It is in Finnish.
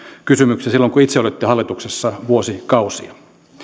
kysymyksiä silloin kun itse olitte hallituksessa vuosikausia